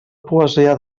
poesia